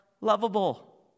lovable